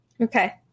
Okay